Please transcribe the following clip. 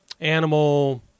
animal